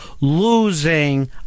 losing